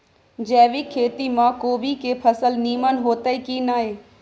जैविक खेती म कोबी के फसल नीमन होतय की नय?